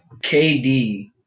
KD